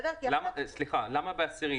למה ב-10?